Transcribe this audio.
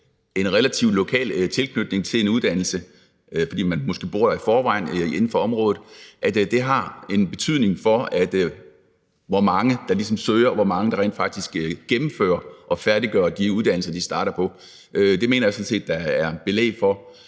en relativt lokal tilknytning til en uddannelse, fordi man måske i forvejen bor inden for området, har en betydning for, hvor mange der ligesom søger, og hvor mange der rent faktisk gennemfører og færdiggør de uddannelser, de starter på. Det mener jeg sådan set der er belæg for.